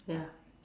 ya